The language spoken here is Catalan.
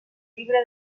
llibre